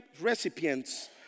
recipients